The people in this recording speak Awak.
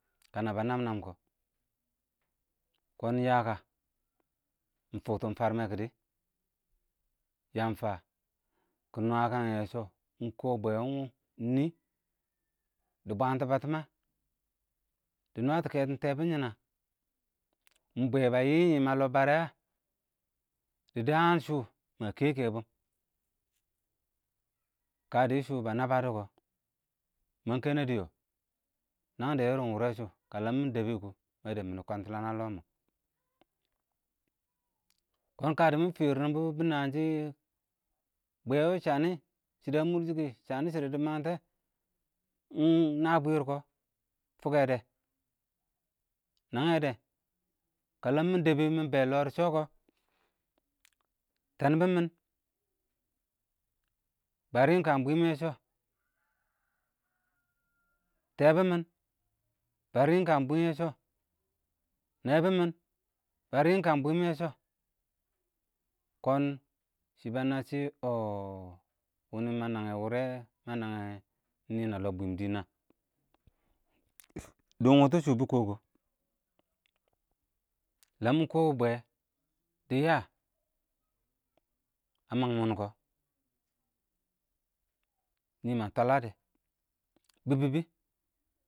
kənə bənəəm nəəm kɔ, kɔ nɪyə kə? ɪng fʊktʊn fərmɛ kɪdɪ, yəən fəə kɪ nwə kən yɛ sɔ, mɪ kɔ bwɛl wʊ ɪng nɪɪ, dɪ bwəntɪn bətɪn ɪng yə, dɪ nwətɔ lkɛtɪn tɛn bɪnshɪn ɪng yə, ɪng bwɛ bə yɪɪ yɪɪm ə lɔ bərɛ ɪng yə, dɪ dəən shʊ mə kɛkɛ bʊn, kə dɪ shʊ bə nə bədɛ kʊ, məng kənədɪ yɔɔ, nəng dɛ ɪrɪn wʊrɛ shʊ, kələn mɪ dɛbɪ kɔ, mə dəbɪ ɪng kwə kɪlkəmə, kɔɔn ɪng dɪmɪ fɪrɪm ɪng bʊ nənshɪ, bwɛ wʊ shənɪ shɪdɔ ə mʊrshɪkɛ, shənɪ shɪdɔ dɪ məngtɛ, ɪng ɪng nə bwɪr kɔ, fʊkɛ dɛ, nəngyɛ dɛ, kələm mɪ dɛbɪmɪ bɛ lɔɔ dɪ shɔ kɔ, tɛn bɪm mɪn bə rɪɪm ɪng kən bwɪm yɛ shɔ, tɛ bɪn mɪn bə rɪɪm ɪng kəən bwɪm yɛ shɔ, nɛ bɪm mɪn bə rɪɪm ɪng kən bwɪm yɛ shɔ, kɔɔn shɪ bənə shɪ ɔh, wɪnɪ mə nənghe wʊrɛ, mə nəngyɛ nɪn nə lɔng bwɪm yɛ shɔ ə dʊn wʊtʊ shʊ bɪ kɔkɔ, ləəm kɔ bwɛ dɪ yəə, ə məng mɪn kɔ, nɪmɔ twəlɛ dɛ, bɪbbɪ bɪ.